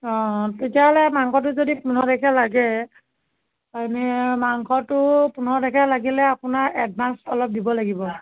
অঁ তেতিয়াহ'লে মাংসটো যদি পোন্ধৰ তাৰিখে লাগে এনেই মাংসটো পোন্ধৰ তাৰিখে লাগিলে আপোনাৰ এডভাঞ্চ অলপ দিব লাগিব